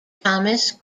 thomas